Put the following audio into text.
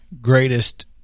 greatest